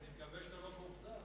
אני מקווה שאתה לא מאוכזב.